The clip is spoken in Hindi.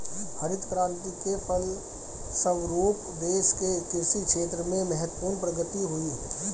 हरित क्रान्ति के फलस्व रूप देश के कृषि क्षेत्र में महत्वपूर्ण प्रगति हुई